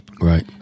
Right